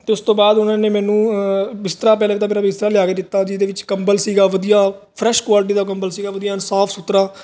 ਤੇ ਉਸ ਤੋਂ ਬਾਅਦ ਤੇ ਉਸ ਤੋਂ ਬਾਅਦ ਉਹਨਾਂ ਨੇ ਤੇ ਉਸ ਤੋਂ ਬਾਅਦ ਉਹਨਾਂ ਨੇ ਮੈਨੂੰ